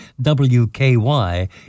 WKY